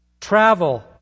travel